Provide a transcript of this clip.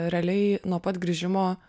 realiai nuo pat grįžimo